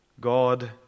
God